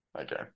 okay